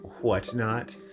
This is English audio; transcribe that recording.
whatnot